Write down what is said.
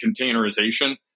containerization